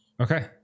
Okay